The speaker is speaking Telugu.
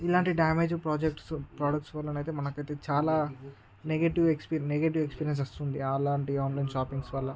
ఇలాంటి డ్యామేజ్ ప్రాజెక్ట్స్ ప్రొడక్ట్స్ వల్లనైతే మనకైతే చాలా నెగిటివ్ ఎక్స్పీరియన్స్ నెగిటివ్ ఎక్స్పీరియన్స్ వస్తుంది అలాంటి ఆన్లైన్ షాపింగ్స్ వల్ల